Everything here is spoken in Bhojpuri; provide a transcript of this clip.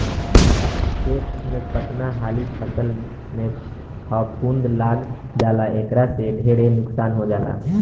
खेत में कतना हाली फसल में फफूंद लाग जाला एकरा से ढेरे नुकसान हो जाला